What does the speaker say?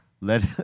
let